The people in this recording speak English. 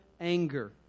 anger